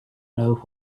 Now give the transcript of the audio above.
know